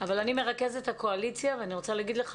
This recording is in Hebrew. אבל אני מרכזת הקואליציה ואני רוצה להגיד לך